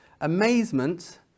Amazement